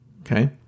Okay